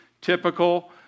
typical